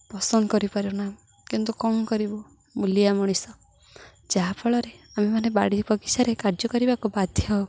ପସନ୍ଦ କରିପାରୁନା କିନ୍ତୁ କ'ଣ କରିବୁ ମୁଲିଆ ମଣିଷ ଯାହା ଫଳରେ ଆମେ ମାନେ ବାଡ଼ି ବଗିଚାରେ କାର୍ଯ୍ୟ କରିବାକୁ ବାଧ୍ୟ ହେଉ